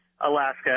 Alaska